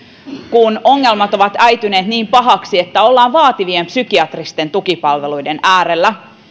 kun ongelmat ovat äityneet niin pahaksi että ollaan vaativien psykiatristen tukipalveluiden äärellä